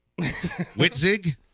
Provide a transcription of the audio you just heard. Witzig